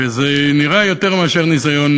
וזה נראה יותר מאשר ניסיון